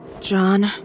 John